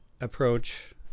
approach